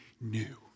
new